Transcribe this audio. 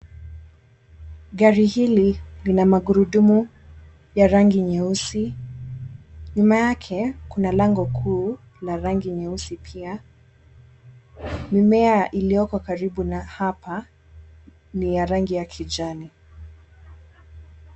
Gari hili lina magurudumu ya rangi nyeusi, nyuma yake kuna lango kuu la rangi nyeusi pia. Mimea iliyoko karibu na hapa ni ya rangi ya kijani.